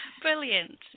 brilliant